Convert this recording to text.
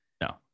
No